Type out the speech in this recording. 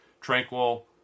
Tranquil